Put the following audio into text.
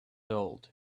old